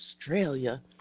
Australia